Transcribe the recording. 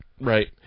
Right